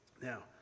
Now